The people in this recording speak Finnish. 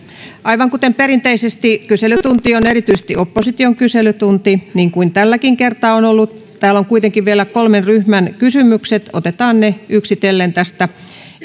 aivan kuten perinteisesti kyselytunti on erityisesti opposition kyselytunti niin kuin tälläkin kertaa on ollut täällä on kuitenkin vielä kolmen ryhmän kysymykset otetaan ne yksitellen